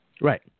Right